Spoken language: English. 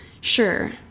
Sure